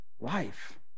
life